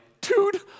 dude